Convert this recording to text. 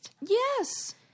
Yes